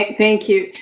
thank you.